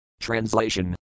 Translation